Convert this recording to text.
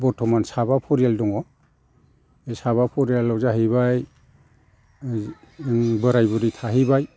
बर्थमान साबा फरियाल दङ बे साबा फरियालाव जाहैबाय जों बोराइ बुरै थाहैबाय